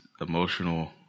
emotional